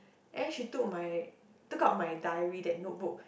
and then she took my took out my diary that notebook